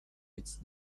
its